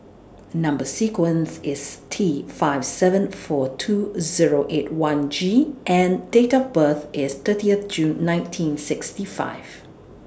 Number sequence IS T five seven four two Zero eight one G and Date of birth IS thirtieth June nineteen sixty five